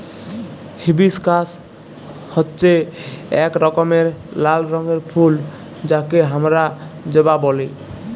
hibiscus হচ্যে এক রকমের লাল রঙের ফুল যাকে হামরা জবা ব্যলি